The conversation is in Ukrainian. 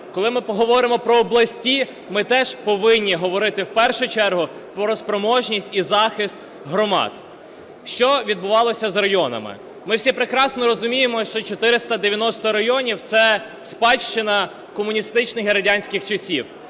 Коли ми говоримо про області, ми теж повинні говорити в першу чергу про спроможність і захист громад. Що відбувалося з районами? Ми всі прекрасно розуміємо, що 490 районів - це спадщина комуністичних і радянських часів.